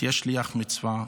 תהיה שליח מצווה,